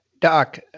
Doc